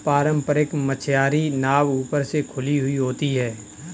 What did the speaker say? पारम्परिक मछियारी नाव ऊपर से खुली हुई होती हैं